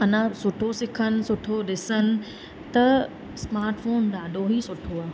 अञा बि सुठो सिखनि सुठो ॾिसनि त स्मार्ट फ़ोन ॾाढो ई सुठो आहे